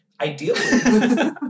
ideally